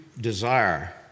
desire